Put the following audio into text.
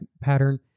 pattern